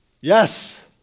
Yes